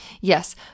yes